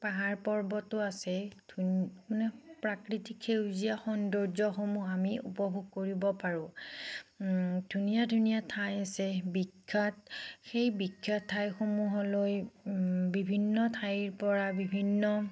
পাহাৰ পৰ্বতো আছে ধুন মানে প্ৰাকৃতিক সেউজীয়া সৌন্দৰ্য্য়সমূহ আমি উপভোগ কৰিব পাৰোঁ ধুনীয়া ধুনীয়া ঠাই আছে বিখ্য়াত সেই বিখ্য়াত ঠাইসমূহলৈ বিভিন্ন ঠাইৰপৰা বিভিন্ন